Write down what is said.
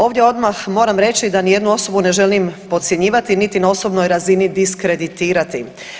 Ovdje odmah moram reći da niti jednu osobnu ne želim podcjenjivati, niti na osobnoj razini diskreditirati.